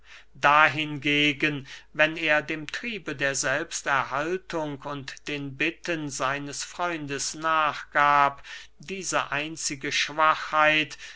da hingegen wenn er dem triebe der selbsterhaltung und den bitten seines freundes nachgab diese einzige schwachheit